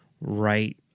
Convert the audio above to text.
right